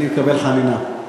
אני מקבל חנינה.